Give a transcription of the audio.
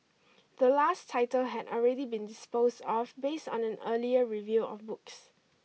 the last title had already been disposed off based on an earlier review of books